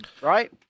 right